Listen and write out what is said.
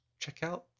checkout